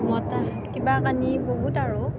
কিবা কানি বহুত আৰু